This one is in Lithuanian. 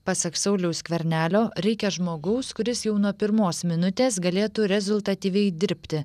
pasak sauliaus skvernelio reikia žmogaus kuris jau nuo pirmos minutės galėtų rezultatyviai dirbti